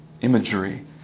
imagery